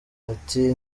ati